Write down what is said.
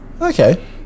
okay